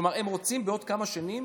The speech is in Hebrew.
כלומר הם רוצים בעוד כמה שנים